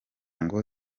ngo